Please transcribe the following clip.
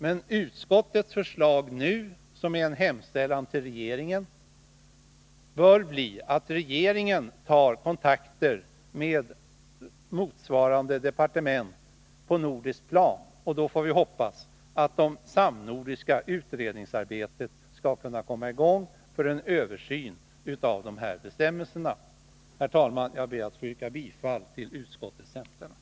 Men resultatet av utskottets förslag nu, som innebär en hemställan till regeringen, bör bli att regeringen tar kontakter med motsvarande departement på nordiskt plan. Då får vi hoppas att ett samnordiskt utredningsarbete skall kunna komma i gång för en översyn av dessa bestämmelser. Herr talman! Jag ber att få yrka bifall till utskottets hemställan.